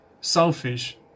selfish